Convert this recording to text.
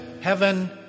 heaven